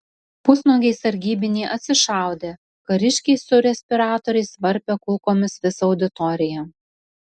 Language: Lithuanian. pusnuogiai sargybiniai atsišaudė kariškiai su respiratoriais varpė kulkomis visą auditoriją